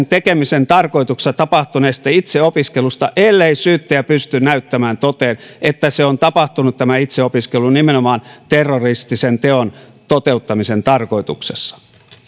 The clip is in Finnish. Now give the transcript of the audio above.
tekemisen tarkoituksessa tapahtuneesta itseopiskelusta ellei syyttäjä pysty näyttämään toteen että tämä itseopiskelu on tapahtunut nimenomaan terroristisen teon toteuttamisen tarkoituksessa